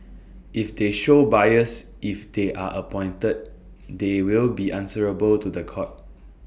if they show bias if they are appointed they will be answerable to The Court